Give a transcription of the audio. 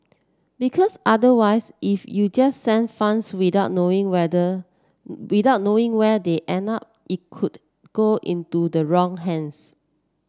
they end up it could go into the wrong hands